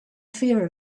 fear